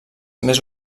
més